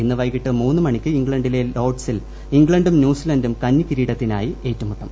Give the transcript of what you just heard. ഇന്ന് വൈകിട്ട് മൂന്നുമണിക്ക് ഇംഗ്ലണ്ടിലെ ലോർഡ്സിൽ ഇംഗ്ലണ്ടും ന്യൂസിലാന്റും കന്നിക്കിരീടത്തിനായി ഏറ്റുമുട്ടും